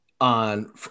on